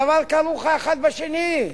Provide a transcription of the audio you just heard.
זה כרוך האחד בשני,